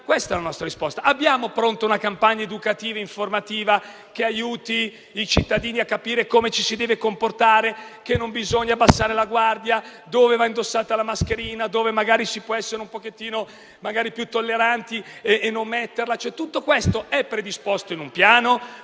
tutta la nostra economia? Abbiamo pronta una campagna educativa-informativa che aiuti i cittadini a capire come ci si deve comportare, che non bisogna abbassare la guardia, dove va indossata la mascherina, dove magari si può essere un po' più tolleranti e non metterla? Tutto questo è predisposto in un piano?